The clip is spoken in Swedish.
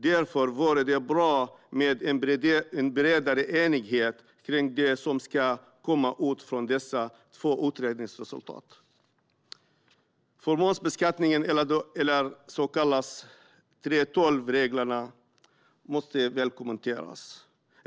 Därför vore det bra med en bredare enighet kring det som ska komma ut från dessa två utredningsresultat. Fåmansföretagsbeskattningen, de så kallade 3:12-reglerna, måste kommenteras.